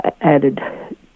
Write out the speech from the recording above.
Added